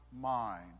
mind